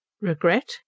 regret